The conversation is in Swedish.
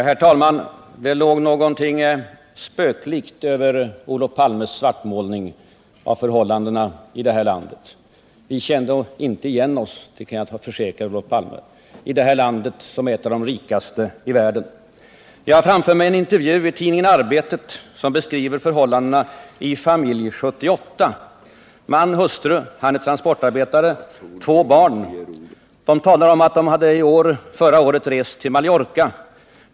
Herr talman! Det låg någonting spöklikt över Olof Palmes svartmålning av förhållandena i detta land. Vi kände inte igen oss, det kan jag försäkra Olof Palme, i detta land som är ett av de rikaste i världen. Jag har framför mig en intervju i tidningen Arbetet som beskriver förhållandena i ”Familj 78”: Man, som är transportarbetare, hustru och två barn. De talar om att de förra året hade rest till Mallorca.